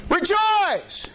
Rejoice